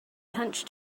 hunched